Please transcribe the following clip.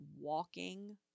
walking